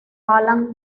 alan